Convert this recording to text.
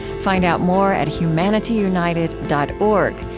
find out more at humanityunited dot org,